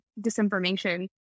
disinformation